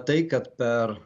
tai kad per